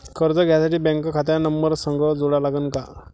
कर्ज घ्यासाठी बँक खात्याचा नंबर संग जोडा लागन का?